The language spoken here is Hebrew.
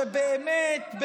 שבאמת,